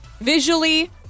visually